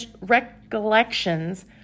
recollections